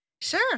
Sure